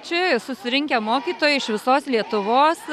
čia susirinkę mokytojai iš visos lietuvos